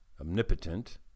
omnipotent